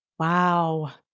Wow